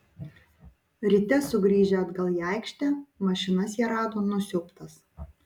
ryte sugrįžę atgal į aikštę mašinas jie rado nusiaubtas